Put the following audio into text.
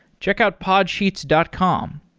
check out podsheets dot com.